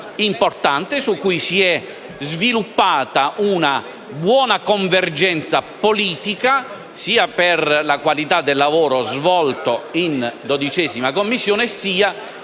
importante, su cui si è sviluppata una buona convergenza politica sia per la qualità del lavoro svolto in 12a Commissione sia